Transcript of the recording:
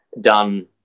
done